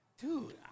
Dude